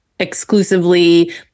exclusively